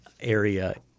area